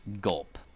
gulp